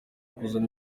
kuzana